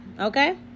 okay